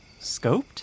Scoped